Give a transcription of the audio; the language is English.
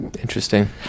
Interesting